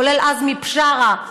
כולל עזמי בשארה,